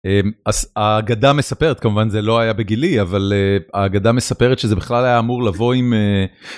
האגדה מספרת - כמובן זה לא היה בגילי, אבל האגדה מספרת שזה בכלל היה אמור לבוא עם אה...